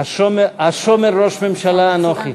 השומר ראש ממשלה אנוכי?